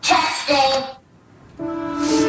Testing